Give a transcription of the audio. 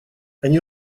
они